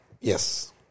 Yes